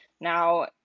now